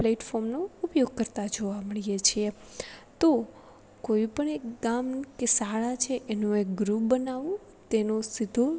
પ્લેટફોર્મનો ઉપયોગ કરતા જોવા મળીએ છીએ તો કોઈ પણ એક ગામ કે શાળા છે એનું એક ગ્રુપ બનાવવું તેનું સીધું